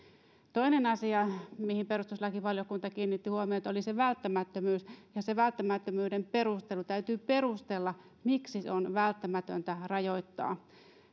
toinen asia mihin perustuslakivaliokunta kiinnitti huomiota oli se välttämättömyys ja se välttämättömyyden perustelu täytyy perustella miksi on välttämätöntä rajoittaa